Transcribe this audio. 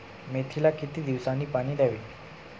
मेथीला किती दिवसांनी पाणी द्यावे?